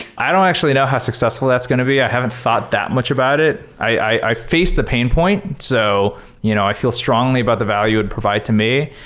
i don't actually know how successful that's going to be. i haven't thought that much about it. i faced the pain point. so you know i feel strongly about the value it would provide to me.